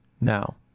now